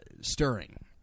stirring